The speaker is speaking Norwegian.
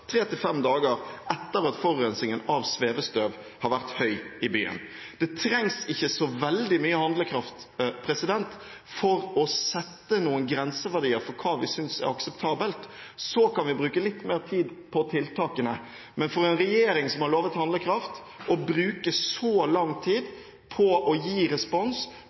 dager etter at forurensningen i form av svevestøv i byen har vært høy. Det trengs ikke så veldig mye handlekraft for å sette noen grenseverdier for hva vi synes er akseptabelt. Så kan vi bruke litt mer tid på tiltakene. At en regjering som har lovet handlekraft, bruker så lang tid på å gi respons